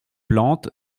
plantes